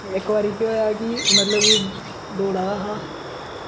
इक बारी केह् होएया कि मतलब कि दौड़ा दा हा